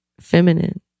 feminine